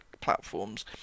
platforms